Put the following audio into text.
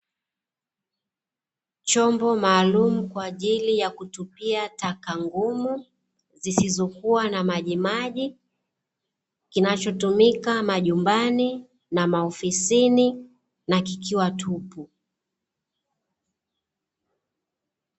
Chombo maalumu kwa ajili ya kutupia taka ngumu, zisizokua na majimaji, kinachotumika majumbani na maofisini na kikiwa tupu.